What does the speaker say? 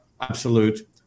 absolute